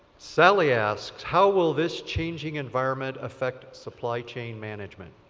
sally asked how will this changing environment affect supply chain management?